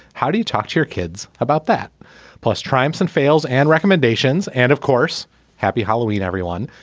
how do you talk to your kids about that plus triumphs and fails and recommendations. and of course happy halloween everyone.